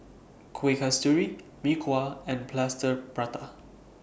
Kueh Kasturi Mee Kuah and Plaster Prata